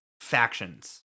factions